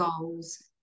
goals